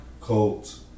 Colts